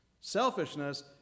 Selfishness